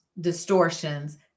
distortions